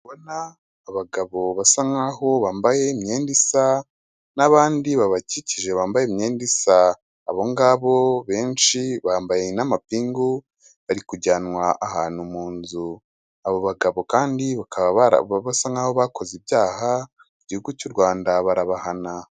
Ndabona abagabo basa nkaho bambaye imyenda isa, nabandi babakikije bambaye imyenda isa. Abongabo benshi bambaye namapingu bari kujyanwa ahantu munzu. Abo bagabo kandi basa nkaho bakoze ibyaha mu gihugu cya urwanda barabahana.